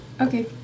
okay